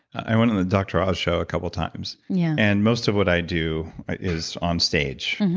i went on the dr. oz show a couple of times yeah. and most of what i do is on stage.